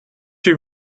two